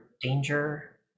danger